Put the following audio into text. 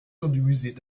collections